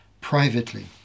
privately